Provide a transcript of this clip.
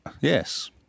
Yes